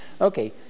Okay